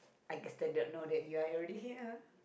I guess I don't know that you are already here